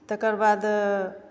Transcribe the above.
तकरबाद